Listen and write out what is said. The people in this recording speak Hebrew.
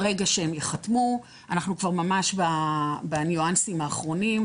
אנחנו כבר ממש בניואנסים האחרונים.